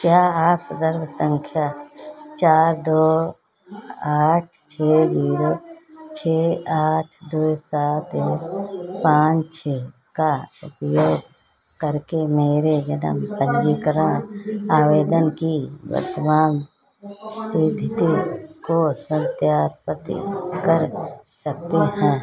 क्या आप सन्दर्भ सँख्या चार दो आठ छह ज़ीरो छह आठ दो सात एक पाँच छह का उपयोग करके मेरे जन्म पन्जीकरण आवेदन की वर्तमान इस्थिति को सत्यापित कर सकते हैं